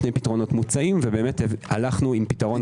היו שני פתרונות מוצעים והלכנו עם פתרון אחד.